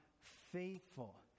faithful